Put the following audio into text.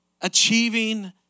achieving